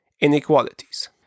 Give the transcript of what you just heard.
inequalities